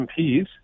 MPs